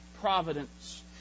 providence